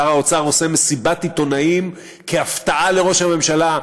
שר האוצר עושה מסיבת עיתונאים כהפתעה לראש הממשלה,